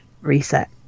reset